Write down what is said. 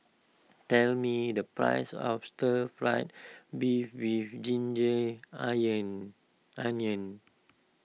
tell me the price of Stir Fried Beef with Ginger Onions